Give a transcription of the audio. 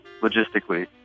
logistically